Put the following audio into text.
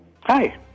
Hi